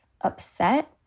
upset